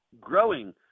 growing